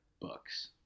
Books